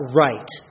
right